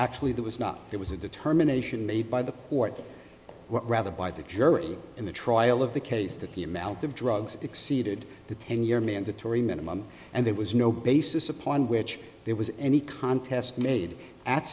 actually there was not there was a determination made by the court rather by the jury in the trial of the case that the amount of drugs exceeded the ten year mandatory minimum and there was no basis upon which there was any contest made at